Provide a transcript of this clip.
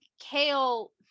kale